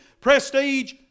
prestige